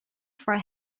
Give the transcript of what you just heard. for